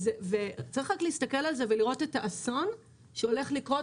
צריך רק להסתכל על זה ולראות את האסון שהולך לקרות,